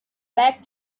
back